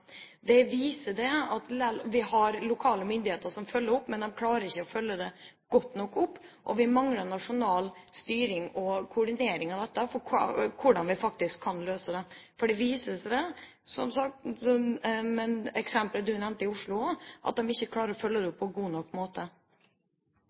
Vi har lokale myndigheter som følger opp, men de klarer ikke å følge det godt nok opp, og vi mangler nasjonal styring og koordinering av dette, hvordan vi faktisk kan løse det. For det viser seg, som sagt – også i det eksemplet du nevnte fra Oslo – at de ikke klarer å følge det